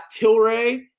Tilray